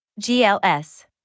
GLS